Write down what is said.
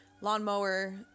lawnmower